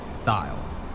style